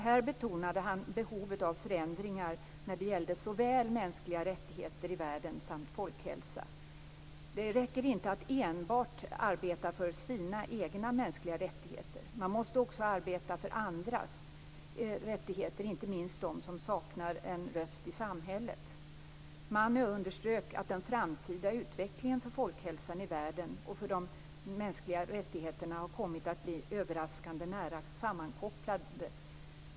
Här betonade han behovet av förändringar när det gäller såväl mänskliga rättigheter i världen som folkhälsa: Det räcker inte att enbart arbeta för sina egna mänskliga rättigheter, man måste också arbeta för andras rättigheter, inte minst för dem som saknar en röst i samhället. Mann underströk att den framtida utvecklingen för folkhälsan i världen och för de mänskliga rättigheterna har kommit att bli överraskande nära sammankopplade.